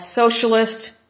socialist